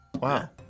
Wow